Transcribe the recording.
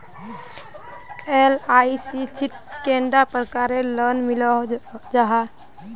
LIC शित कैडा प्रकारेर लोन मिलोहो जाहा?